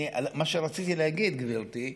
מה שרציתי להגיד, גברתי,